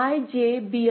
Bn I